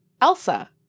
Elsa